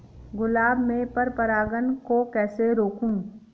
गुलाब में पर परागन को कैसे रोकुं?